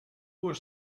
was